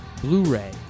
Blu-ray